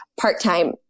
part-time